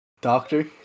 doctor